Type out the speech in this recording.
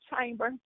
chamber